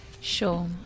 Sure